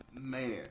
man